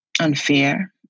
unfair